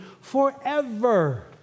forever